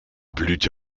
blüte